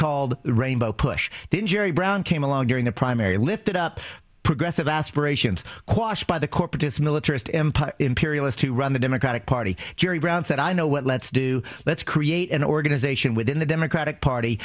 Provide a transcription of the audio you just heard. called rainbow push in jerry brown came along during the primary lifted up progressive aspirations by the corporatists militarist empire imperialist to run the democratic party jerry brown said i know what let's do let's create an organization within the democratic party